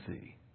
see